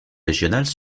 régionales